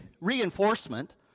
reinforcement